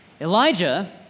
Elijah